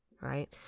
right